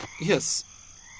Yes